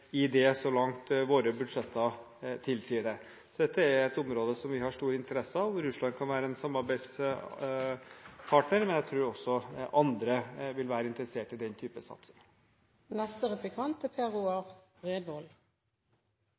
i det så langt våre budsjetter tilsier det. Dette er et område vi har stor interesse av, og hvor Russland kan være en samarbeidspartner, men jeg tror også andre vil være interessert i den type satsing. Dette er